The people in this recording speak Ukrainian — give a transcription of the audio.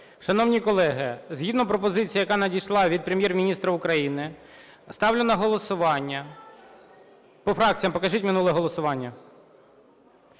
Шановні колеги, згідно пропозиції, яка надійшла від Прем'єр-міністра України, ставлю на голосування… По фракціям покажіть минуле голосування.